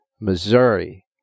Missouri